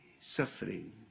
suffering